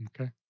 Okay